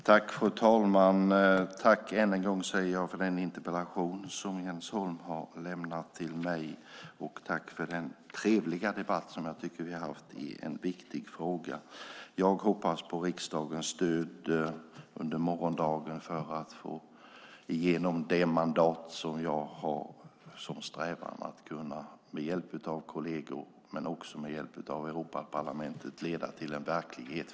Fru talman! Jag vill ännu en gång tacka Jens Holm för interpellationen. Jag tackar även för den trevliga debatt som vi har haft i en viktig fråga. Jag hoppas på riksdagens stöd under morgondagen för att få igenom det mandat som jag har som strävan att med hjälp av kolleger och Europaparlamentet kunna leda till en verklighet.